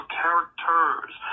characters